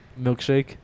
milkshake